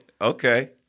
Okay